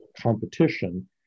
competition